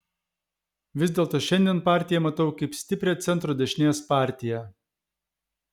vis dėlto šiandien partiją matau kaip stiprią centro dešinės partiją